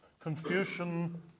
Confucian